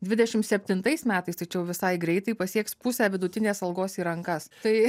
dvidešim septintais metais tai čia jau visai greitai pasieks pusę vidutinės algos į rankas tai